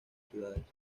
ciudades